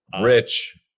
rich